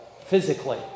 physically